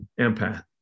Empath